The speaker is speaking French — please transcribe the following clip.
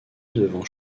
devant